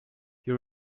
you